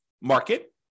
market